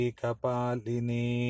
Kapalini